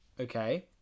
okay